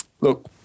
Look